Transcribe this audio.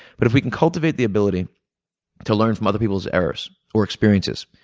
but if we can cultivate the ability to learn from other people's errors or experiences